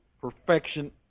perfection